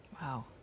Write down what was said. Wow